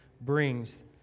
brings